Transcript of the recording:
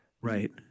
right